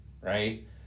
right